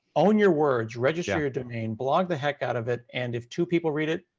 own your words, register your domain, blog the heck out of it. and if two people read it,